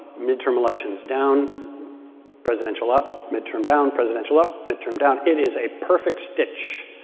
midterm elections down presidential up, midterm down, presidential up, midterm down. it is a perfect stitch.